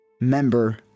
member